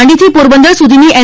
દાંડીથી પોરબંદર સુધીની એન